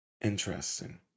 Interesting